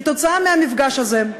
כתוצאה מהמפגש הזה,